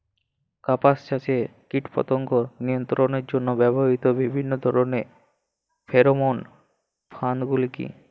কাপাস চাষে কীটপতঙ্গ নিয়ন্ত্রণের জন্য ব্যবহৃত বিভিন্ন ধরণের ফেরোমোন ফাঁদ গুলি কী?